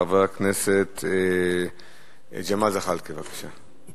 חבר הכנסת ג'מאל זחאלקה, בבקשה.